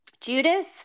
Judas